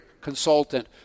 consultant